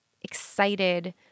excited